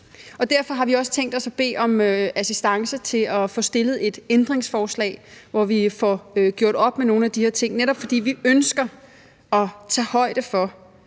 Derfor har vi også tænkt os at bede om assistance til at få stillet et ændringsforslag, hvor vi får gjort op med nogle af de her ting, netop fordi vi ønsker at tage højde for,